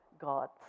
gods